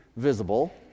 visible